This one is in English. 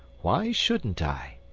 why shouldn't i?